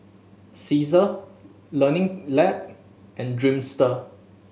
Cesar Learning Lab and Dreamster